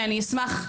אשמח,